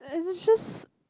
as it's just